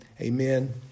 amen